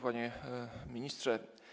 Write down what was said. Panie Ministrze!